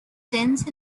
tense